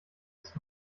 ist